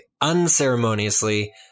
unceremoniously